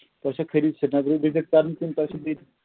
تۄہہِ چھا خٲلی سریٖنگر وِزِٹ کَرُن کِنہٕ توہہِ چھُو بیٚیہِ